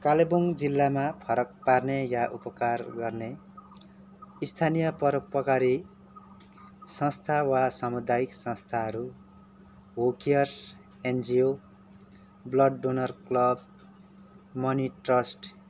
कालेबुङ जिल्लामा फरक पार्ने या उपकार गर्ने स्थानीय परोपोकारी संस्था वा सामुदायिक संस्थाहरू who cares NGO blood donor club money trust